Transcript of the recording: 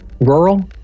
rural